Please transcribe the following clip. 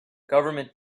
government